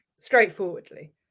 straightforwardly